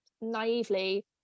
naively